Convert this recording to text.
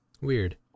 Weird